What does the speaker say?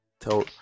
Tell